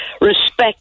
respect